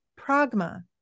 pragma